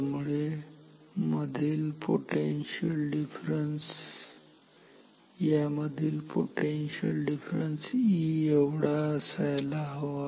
त्यामुळे या मधील पोटेन्शियल डिफरन्स E एवढा असायला हवा